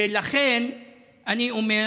ולכן אני אומר